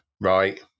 Right